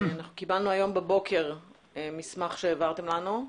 אנחנו קיבלנו היום בבוקר מסמך שהעברתם לנו.